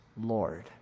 Lord